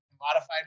modified